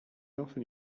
often